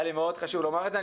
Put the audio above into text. היה לי מאוד חשוב לומר את זה.